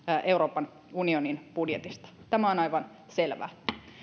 euroopan unionin budjetista tämä on aivan selvää